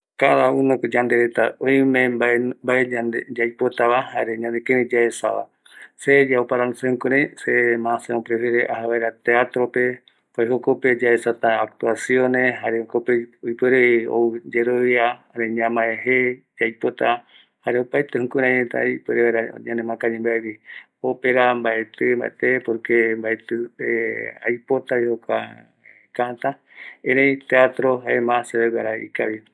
Se ma sekɨreɨ aja teatro pe, esa jokope se ma aikuakavita kirai etei ta ko semiari, kirai etei ta ko aroata kua mbae ayapotava omaeta sere vareta oesa vaera kiraita ko se kirai ko amɨi, kirai ko aguatava, kirai ko semiari va, jare kirai ko jae reta iyemongueta jae reta sekotɨ va.